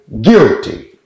guilty